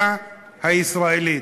בדמוקרטיה הישראלית.